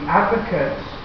advocates